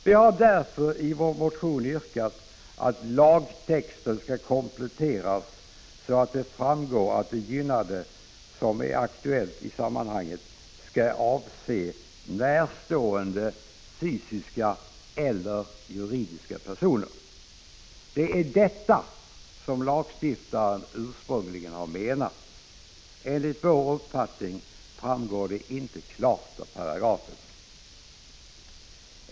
Vi har därför i vår motion yrkat att lagtexten skall kompletteras så att det framgår att de i det aktuella sammanhanget gynnade skall avse närstående fysiska eller juridiska personer. Det är detta som lagstiftaren ursprungligen har menat. Enligt vår uppfattning framgår det inte klart av paragrafen.